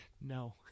No